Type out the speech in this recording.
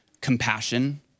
Compassion